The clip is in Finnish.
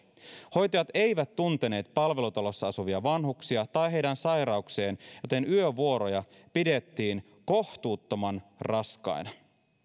hoitajat eivät tunteneet palvelutalossa asuvia vanhuksia tai heidän sairauksiaan joten yövuoroja pidettiin kohtuuttoman raskaina